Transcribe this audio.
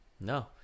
no